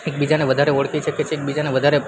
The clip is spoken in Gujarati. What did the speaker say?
એકબીજાને વધારે ઓળખી શકે છે એકબીજાને વધારે